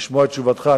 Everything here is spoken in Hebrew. לשמוע את תשובתך.